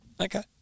Okay